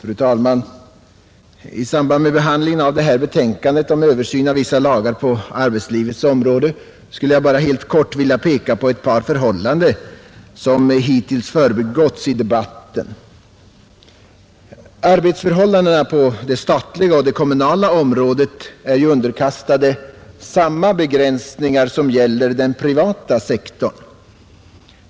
Fru talman! I samband med behandlingen av detta betänkande om översyn av vissa lagar på arbetslivets område skulle jag helt kort vilja peka på ett par förhållanden, som hittills förbigåtts i debatten. Arbetsförhållandena på det statliga och kommunala området är ju underkastade samma begränsningar som gäller på den privata sektorn.